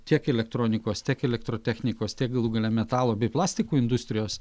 tiek elektronikos tiek elektrotechnikos tiek galų gale metalo bei plastikų industrijos